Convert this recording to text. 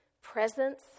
presence